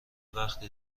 وقت